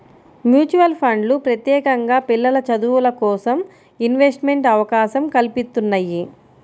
mutual ఫండ్లు ప్రత్యేకంగా పిల్లల చదువులకోసం ఇన్వెస్ట్మెంట్ అవకాశం కల్పిత్తున్నయ్యి